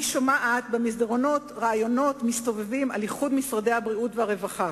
אני שומעת במסדרונות רעיונות על איחוד משרד הבריאות ומשרד הרווחה.